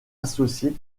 associé